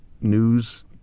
news